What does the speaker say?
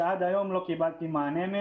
ועד היום לא קיבלתי מענה.